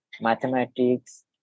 mathematics